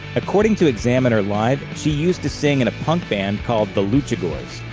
according to examiner live, she used to sing in a punk band called the luchagors.